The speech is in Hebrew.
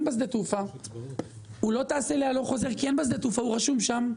הוא רשום שם,